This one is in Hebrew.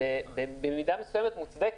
במידה מסוימת היא מוצדקת,